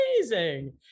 amazing